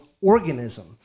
organism